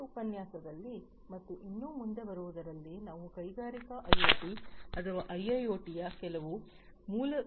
ಈ ಉಪನ್ಯಾಸದಲ್ಲಿ ಮತ್ತು ಇನ್ನೂ ಮುಂದೆ ಬರುವುದರಲ್ಲಿ ನಾವು ಕೈಗಾರಿಕಾ ಐಒಟಿ ಅಥವಾ ಐಐಒಟಿಯ ಕೆಲವು ಮೂಲ ಪರಿಕಲ್ಪನೆಗಳನ್ನು ಅವಲೋಕಿಸುತ್ತೇವೆ